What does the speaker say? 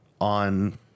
on